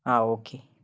ആ ഓക്കെ